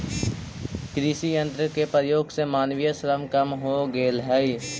कृषि यन्त्र के प्रयोग से मानवीय श्रम कम हो गेल हई